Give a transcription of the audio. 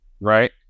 right